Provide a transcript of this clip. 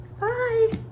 Bye